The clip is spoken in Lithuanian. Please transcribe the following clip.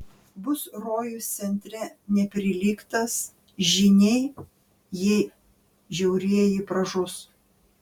bus rojus centre neprilygtas žyniai jei žiaurieji pražus